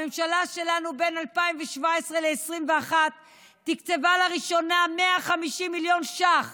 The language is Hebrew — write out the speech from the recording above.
הממשלה שלנו בין 2017 ל-2021 תקצבה לראשונה 150 מיליון ש"ח